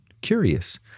curious